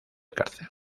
cárcel